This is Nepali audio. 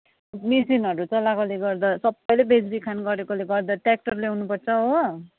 मेसिनहरू चलाएकोले गर्दा सबैले बेचबिखान गरेकोले गर्दा ट्र्याक्टर ल्याउनुपर्छ हो